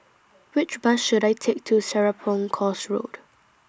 Which Bus should I Take to Serapong Course Road